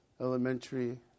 elementary